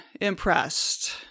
impressed